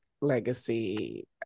legacy